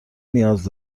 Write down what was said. نیاز